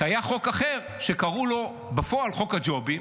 כי היה חוק אחר שקראו לו בפועל "חוק הג'ובים",